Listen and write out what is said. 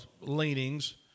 leanings